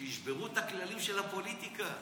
שישברו את הכללים של הפוליטיקה.